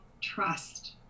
trust